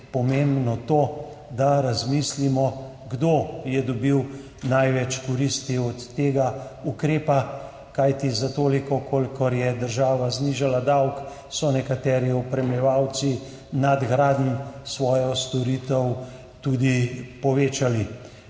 pomembno to, da razmislimo, kdo je dobil največ koristi od tega ukrepa. Kajti za toliko, kolikor je država znižala davek, so nekateri opremljevalci nadgradenj svojo storitev tudi povečali.